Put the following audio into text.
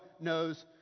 knows